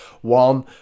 One